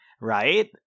right